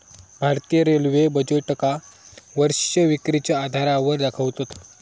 भारतीय रेल्वे बजेटका वर्षीय विक्रीच्या आधारावर दाखवतत